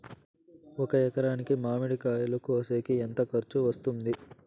ఒక ఎకరాకి మామిడి కాయలు కోసేకి ఎంత ఖర్చు వస్తుంది?